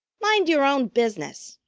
mind yer own business!